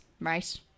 right